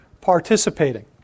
participating